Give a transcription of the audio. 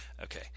okay